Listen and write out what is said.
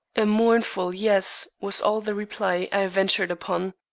a mournful yes was all the reply i ventured upon.